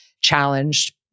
challenged